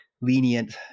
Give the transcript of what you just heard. lenient